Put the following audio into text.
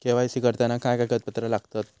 KYC करताना काय कागदपत्रा लागतत?